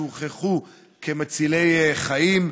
שהוכחו כמצילי חיים.